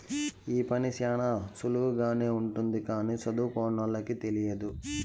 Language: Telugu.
ఈ పని శ్యానా సులువుగానే ఉంటది కానీ సదువుకోనోళ్ళకి తెలియదు